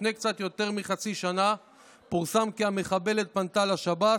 לפני קצת יותר מחצי שנה פורסם כי המחבלת פנתה לשב"ס,